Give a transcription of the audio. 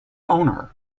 owner